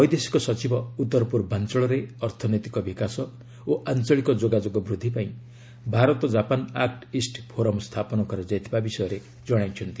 ବୈଦେଶିକ ସଚିବ ଉତ୍ତର ପୂର୍ବାଞ୍ଚଳରେ ଅର୍ଥନୈତିକ ବିକାଶ ଓ ଆଞ୍ଚଳିକ ଯୋଗାଯୋଗ ବୃଦ୍ଧି ପାଇଁ Bharat Japan act east forum ସ୍ଥାପନ କରାଯାଇଥିବା ବିଷୟ ଜଣାଇଛନ୍ତି